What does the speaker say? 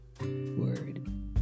word